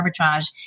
arbitrage